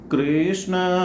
Krishna